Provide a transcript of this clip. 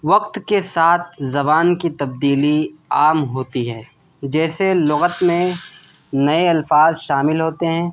وقت کے ساتھ زبان کی تبدیلی عام ہوتی ہے جیسے لغت میں نئے الفاظ شامل ہوتے ہیں